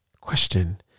question